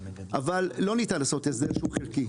אבל לא ניתן לעשות הסדר חלקי,